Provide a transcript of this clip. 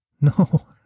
No